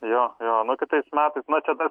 jo jo nu kitais metais na čia tas